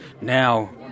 now